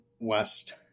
West